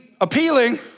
appealing